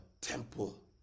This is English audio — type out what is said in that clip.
temple